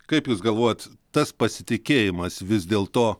kaip jūs galvojat tas pasitikėjimas vis dėlto